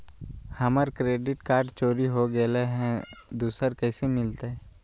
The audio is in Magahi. हमर क्रेडिट कार्ड चोरी हो गेलय हई, दुसर कैसे मिलतई?